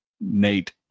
nate